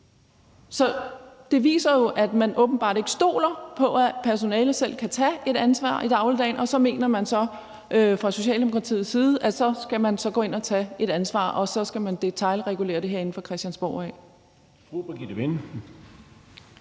Så det viser jo, at man åbenbart ikke stoler på, at personalet selv kan tage et ansvar i dagligdagen, og at man fra Socialdemokratiets side mener, at man så skal gå ind og tage et ansvar og detailregulere det herinde fra Christiansborg.